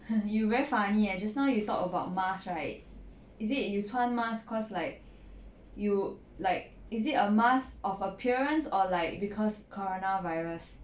you very funny eh just now you talk about mask right is it you 穿 mask cause like you like is it a mask of appearance or like cause corona virus